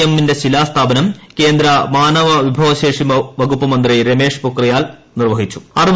M ന്റെ ശിലാസ്ഥാപനം കേന്ദ്ര മാനേവ വിഭവശേഷി വകുപ്പ് മന്ത്രി രമേശ് പൊക്രിയാൽ നിർവ്വഹിച്ചു